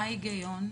מה ההיגיון?